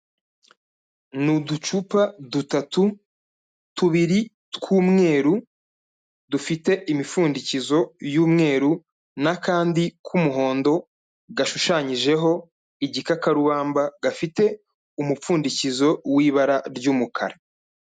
Ni uducupa dutatu tubiri tw'umweru dufite imipfundikizo y'umweru n'akandi k'umuhondo gashushanyijeho igikakarubamba gafite umupfundikizo w'ibara ry'umukara.